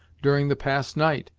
during the past night,